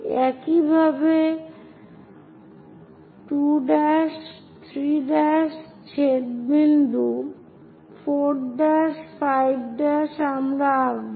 একইভাবে একটি 2 ' 3' ছেদ বিন্দু 4 ' 5' আমরা আঁকব